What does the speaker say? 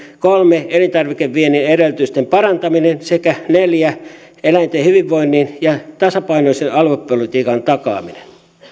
kolme elintarvikeviennin edellytysten parantamiseksi sekä neljä eläinten hyvinvoinnin ja tasapainoisen aluepolitiikan takaamiseksi